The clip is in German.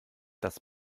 das